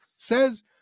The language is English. says